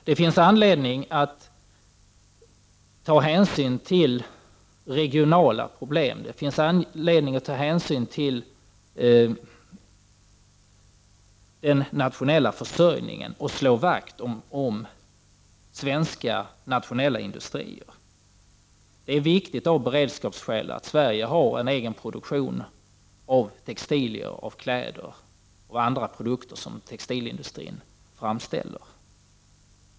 Det finns anledning att ta hänsyn till regionala problem och till den natio — Prot. 1989/90:45 nella försörjningen, att slå vakt om svenska nationella industrier. Av bered 13 december 1989 skapsskäl är det viktigt att Sverige har en egen produktion av textilier, av 0 GS N kläder och andra produkter som textilindustrin framställer.